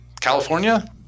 California